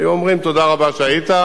היו אומרים: תודה רבה שהיית,